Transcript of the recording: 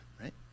Right